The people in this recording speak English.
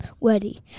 ready